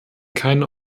keine